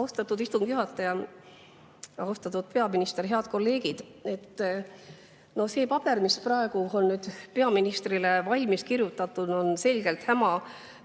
Austatud istungi juhataja! Austatud peaminister! Head kolleegid! See, mis on peaministrile paberile valmis kirjutatud, on selgelt häma